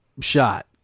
shot